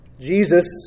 Jesus